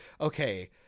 okay